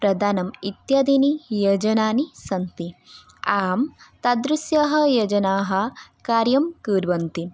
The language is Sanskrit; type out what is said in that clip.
प्रदानम् इत्यादीनि योजनानि सन्ति आं तादृश्यः योजनाः कार्यं कुर्वन्ति